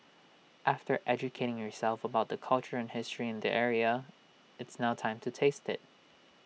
after educating yourself about the culture and history in the area it's now time to taste IT